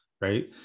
right